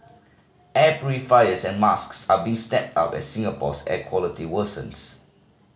air purifiers and masks are being snapped up as Singapore's air quality worsens